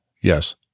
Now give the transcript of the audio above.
Yes